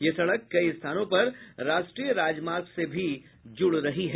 यह सड़क कई स्थानों पर राष्ट्रीय राजमार्ग से भी जुड़ रही है